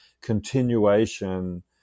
continuation